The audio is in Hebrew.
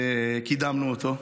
קידמנו אותו,